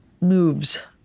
moves